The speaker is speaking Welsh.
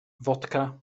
fodca